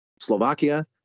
Slovakia